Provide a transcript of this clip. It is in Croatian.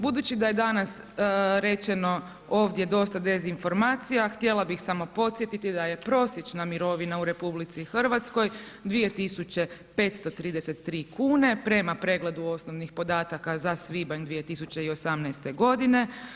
Budući da je danas rečeno ovdje dosta dezinformacija, htjela bih samo podsjetiti da je prosječna mirovina u RH 2.533 kune prema pregledu osnovnih podataka za svibanj 2018. godine.